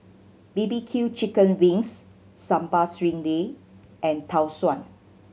bbq chicken wings Sambal Stingray and Tau Suan